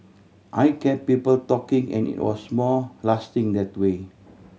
I kept people talking and it was more lasting that way